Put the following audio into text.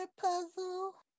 puzzle